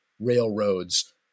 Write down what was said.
railroads